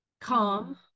Calm